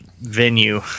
venue